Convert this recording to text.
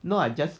no I just